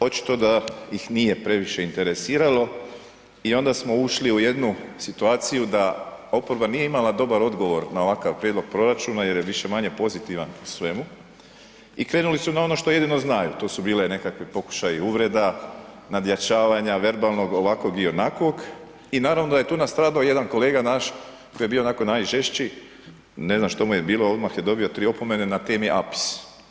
Očito da ih nije previše interesiralo i onda smo ušli u jednu situaciju da oporba nije imala dobar odgovor na ovakav prijedlog proračuna jer je više-manje pozitivan u svemu i krenuli su na ono što jedino znaju, to su bile nekakvi pokušaji uvreda, nadjačavanja verbalnog, ovakvog i onakvog i naravno da je tu nastradao jedan kolega naš koji bio onako najžešći, ne znam što mu je bilo, odmah je dobio 3 opomene na temi APIS.